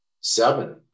Seven